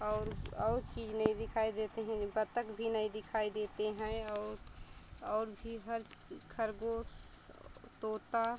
और और चीज़ नहीं दिखाई देते हैं ये बत्तख़ भी नहीं दिखाई देते हैं और और भी हर खरगोश और तोता